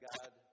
God